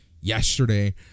yesterday